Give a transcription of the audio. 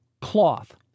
cloth